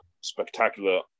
spectacular